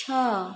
ଛଅ